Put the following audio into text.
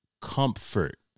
comfort